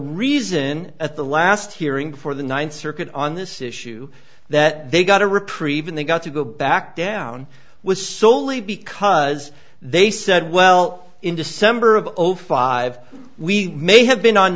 reason at the last hearing for the ninth circuit on this issue that they got a reprieve and they got to go back down was solely because they said well in december of zero five we may have been on